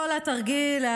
כל התרגיל,